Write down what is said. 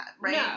right